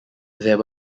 there